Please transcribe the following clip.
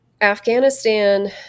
Afghanistan